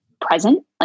present